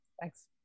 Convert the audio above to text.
Thanks